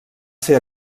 ser